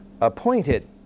appointed